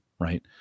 right